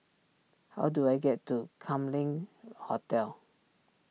how do I get to Kam Leng Hotel